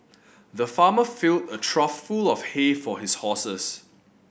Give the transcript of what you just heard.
the farmer fill a trough full of hay for his horses